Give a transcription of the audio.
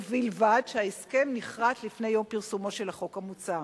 ובלבד שההסכם נכרת לפני יום פרסומו של החוק המוצע.